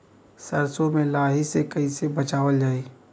सरसो में लाही से कईसे बचावल जाई?